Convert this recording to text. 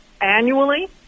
annually